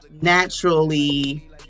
naturally